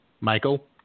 Michael